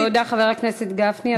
תודה, חבר הכנסת גפני.